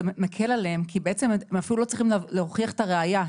כי הם אפילו לא צריכים להוכיח את הראיה.